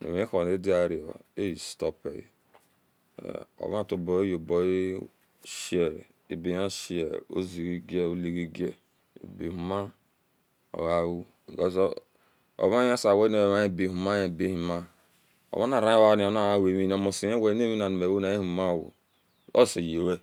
namihronadui a shop eaovea toboa sha abehi sha ozigiz oliziez aebeuhomoau keawuse ove hisebohwe omaniebe whon inebe uhon oma ninaka oweni omoshie eweania nimih euhumai ose yewe